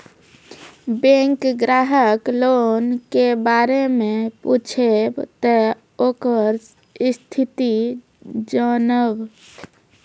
Bank ग्राहक loan के बारे मैं पुछेब ते ओकर स्थिति जॉनब?